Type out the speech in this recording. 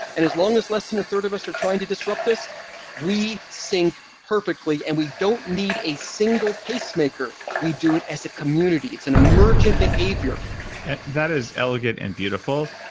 and as long as less than a third of us are trying to disrupt us we sync perfectly and we don't need a single pacemaker. we do it as a community. it's an emergent behavior that is elegant and beautiful.